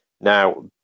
Now